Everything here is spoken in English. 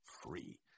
free